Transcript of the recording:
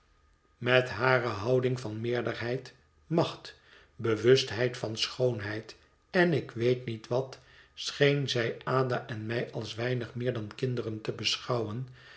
met hare houding van meerderheid macht bewustheid van schoonheid en ik weet niet wat scheen zij ada en mij als weinig meer dan kinderen te beschouwen